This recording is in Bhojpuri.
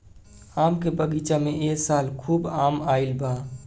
आम के बगीचा में ए साल खूब आम आईल बा